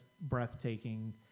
breathtaking